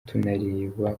tunareba